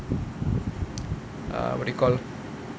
err what do you call